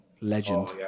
legend